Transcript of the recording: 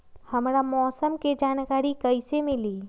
हमरा मौसम के जानकारी कैसी मिली?